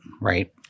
right